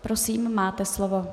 Prosím, máte slovo.